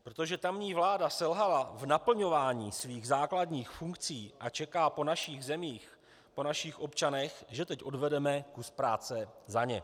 Protože tamní vláda selhala v naplňování svých základních funkcí a čeká po našich zemích, po našich občanech, že teď odvedeme kus práce za ně.